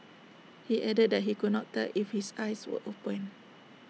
he added that he could not tell if his eyes were open